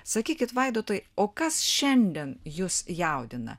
sakykit vaidotai o kas šiandien jus jaudina